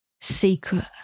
secret